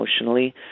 emotionally